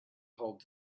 hold